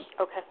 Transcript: Okay